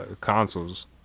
consoles